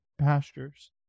pastures